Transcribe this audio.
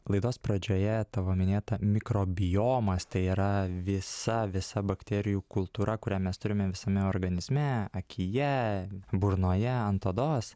laidos pradžioje tavo minėta mikrobiomas tai yra visa visa bakterijų kultūra kurią mes turime visame organizme akyje burnoje ant odos